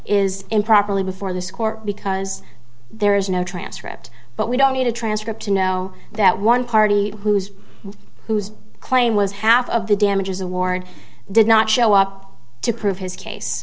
is improperly before this court because there is no transcript but we don't need a transcript to know that one party whose whose claim was half of the damages award did not show up to prove his case